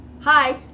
Hi